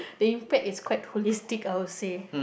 the impact is quite holistic I would say